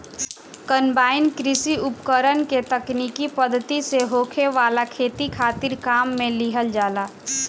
combine कृषि उपकरण के तकनीकी पद्धति से होखे वाला खेती खातिर काम में लिहल जाला